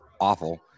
awful